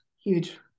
huge